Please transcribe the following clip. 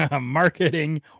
Marketing